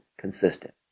consistent